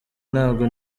nabwo